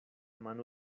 mano